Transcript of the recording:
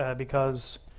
ah because